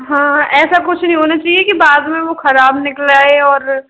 हाँ ऐसा कुछ नहीं होना चाहिए कि बाद में वो खराब निकले और